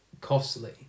costly